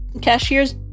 Cashiers